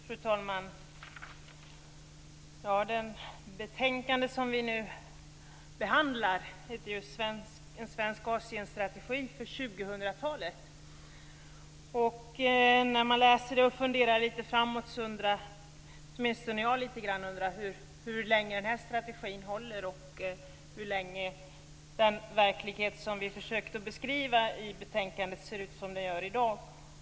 Fru talman! Det betänkande som vi nu behandlar heter ju En svensk Asienstrategi för 2000-talet. När man läser och funderar lite framåt så undrar i alla fall jag hur länge den här strategin håller och hur länge den verklighet som vi försökt beskriva i betänkandet ser ut som den gör i dag.